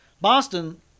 Boston